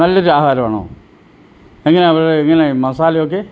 നല്ലെരി ആഹാരമാണോ എങ്ങനെ അവിടെ എങ്ങനെ മസാല ഒക്കെ